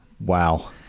Wow